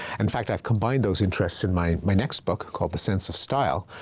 in fact, i've combined those interests in my my next book called the sense of style,